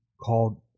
called